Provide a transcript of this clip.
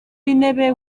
intebe